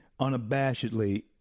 unabashedly